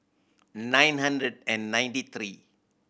nine hundred and ninety three